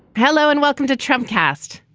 hello and welcome to trump cast.